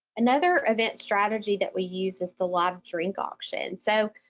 another event strategy that we use is the live drink auction. so,